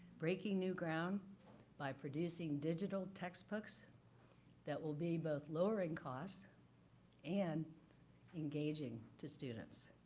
breaking new ground by producing digital textbooks that will be both lowering costs and engaging to students.